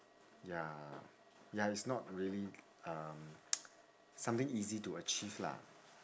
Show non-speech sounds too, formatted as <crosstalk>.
ya ya it's not really um <noise> something easy to achieve lah